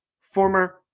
former